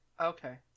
Okay